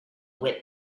whip